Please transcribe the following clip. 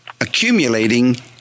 accumulating